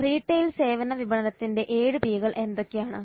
retail സേവന വിപണനത്തിന്റെ 7 P കൾ എന്തൊക്കെയാണ്